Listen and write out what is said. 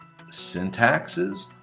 syntaxes